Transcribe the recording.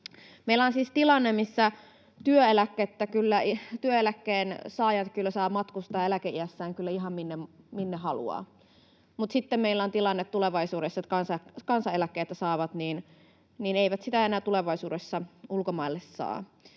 Meillä on siis tilanne, missä työeläkkeen saajat saavat matkustaa eläkeiässään kyllä ihan minne haluavat, mutta sitten meillä on tilanne tulevaisuudessa, että kansaneläkkeitä saavat eivät sitä enää tulevaisuudessa ulkomaille saa.